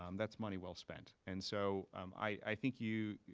um that's money well spent. and so i think you